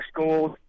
schools